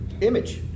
image